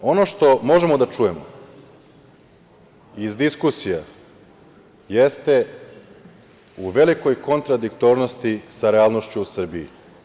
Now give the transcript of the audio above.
Dakle, ono što možemo da čujemo iz diskusija, jeste u velikoj kontradiktornosti sa realnošću u Srbiji.